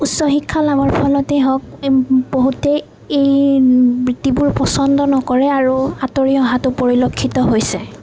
উচ্চ শিক্ষা লাভৰ ফলতেই হওঁক বহুতেই এই বৃত্তিবোৰ পচন্দ নকৰে আৰু আঁতৰি অহাতো পৰিলক্ষিত হৈছে